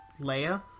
Leia